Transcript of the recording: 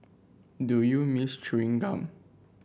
do you miss chewing gum